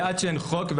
עד שאין חוק,